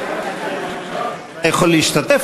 אתה יכול להשתתף,